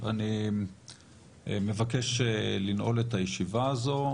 אני מבקש לנעול את הישיבה הזו.